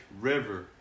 river